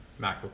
MacBook